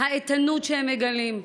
האיתנות שהם מגלים,